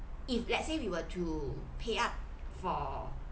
if let's say we were to pay up for